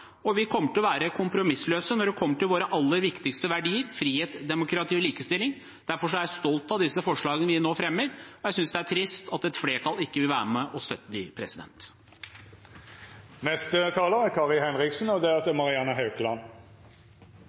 og vi kommer til å være kompromissløse når det gjelder våre aller viktigste verdier: frihet, demokrati og likestilling. Derfor er jeg stolt over de forslagene vi nå fremmer, og jeg synes det er trist at et flertall ikke vil være med og støtte dem. Slik jeg leser debatten, er